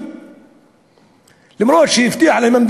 אפילו שהבטיחו להם,